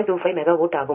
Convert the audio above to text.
25 megawatt ஆகும்